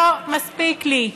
לא מספיק לי,